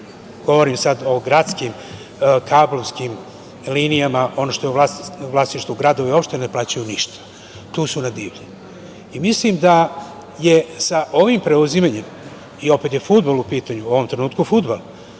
govorim sad o gradskim kablovskim linijama, ono što je u vlasništvu gradova i opština, ne plaćaju ništa, tu su na divlje. Mislim da je sa ovi preuzimanjem i opet je fudbal u pitanju, u ovom trenutku fudbal,